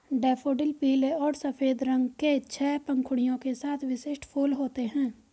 daffodil पीले और सफ़ेद रंग के छह पंखुड़ियों के साथ विशिष्ट फूल होते हैं